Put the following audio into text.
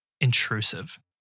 intrusive